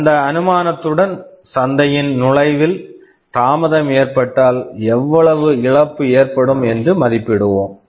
அந்த அனுமானத்துடன் சந்தையின் நுழைவில் தாமதம் ஏற்பட்டால் எவ்வளவு இழப்பு ஏற்படும் என்று மதிப்பிடுவோம்